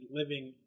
living